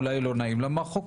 אולי לא נעים לה מהחוקר,